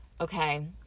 okay